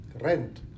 rent